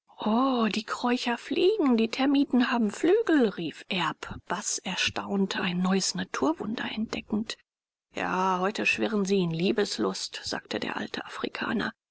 die kreucher fliegen die termiten haben flügel rief erb baß erstaunt ein neues naturwunder entdeckend ja heute schwirren sie in liebeslust sagte der alte afrikaner